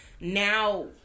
now